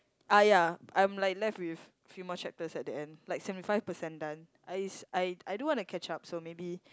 ah ya I'm like left with few more chapters at the end like seventy five percent done I I I do want to catch up so maybe